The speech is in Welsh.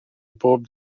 bob